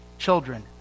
children